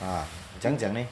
ah 怎么样讲 leh